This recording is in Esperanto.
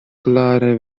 klare